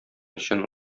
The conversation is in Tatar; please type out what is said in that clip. өчен